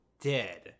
dead